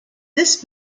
this